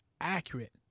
accurate